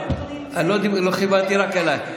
לא כיוונתי רק אלייך.